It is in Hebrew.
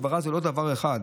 הסברה זה לא דבר אחד.